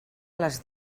les